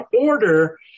order